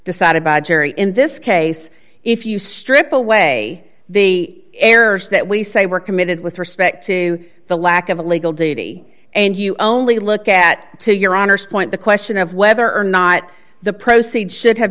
decided by a jury in this case if you strip away the errors that we say were committed with respect to the lack of a legal duty and you only look at to your honor's point the question of whether or not the proceed should have